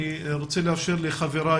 אני רוצה כמובן לאפשר לחבריי